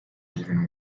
even